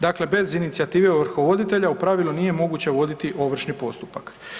Dakle, bez inicijative ovrhovoditelja u pravilu nije moguće voditi ovršni postupak.